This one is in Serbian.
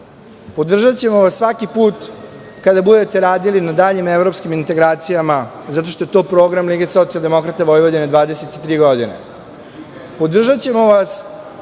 Podržaćemo vas svaki put kada budete radili na daljim evropskim integracijama, zato što je to program Lige socijaldemokrata Vojvodine 23 godine. Podržaćemo vas